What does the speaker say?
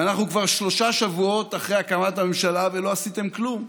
ואנחנו כבר שלושה שבועות אחרי הקמת הממשלה ולא עשיתם כלום,